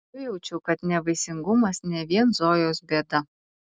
nujaučiau kad nevaisingumas ne vien zojos bėda